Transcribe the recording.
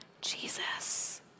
Jesus